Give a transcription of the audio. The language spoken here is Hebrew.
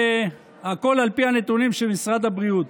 הכול על פי הנתונים של משרד הבריאות.